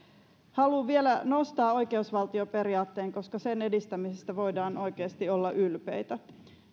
haluan vielä nostaa oikeusvaltioperiaatteen koska sen edistämisestä voidaan oikeasti olla ylpeitä